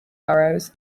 burrows